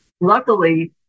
luckily